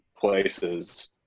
places